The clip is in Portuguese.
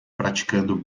praticando